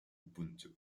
ubuntu